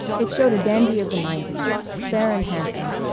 it showed a dandy of the nineties spare and handsome,